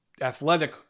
athletic